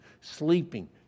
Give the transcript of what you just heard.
Sleeping